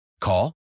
Call